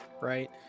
right